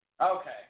Okay